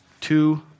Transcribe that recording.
two